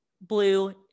blue